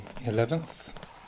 eleventh